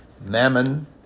Mammon